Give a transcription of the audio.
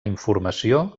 informació